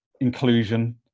inclusion